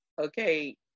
okay